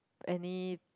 any